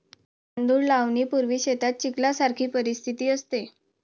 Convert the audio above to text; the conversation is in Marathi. तांदूळ लावणीपूर्वी शेतात चिखलासारखी परिस्थिती असते